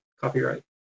Copyright